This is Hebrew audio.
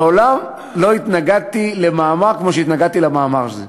מעולם לא התנגדתי למאמר כמו שהתנגדתי למאמר הזה.